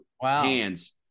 hands